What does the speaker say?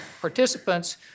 participants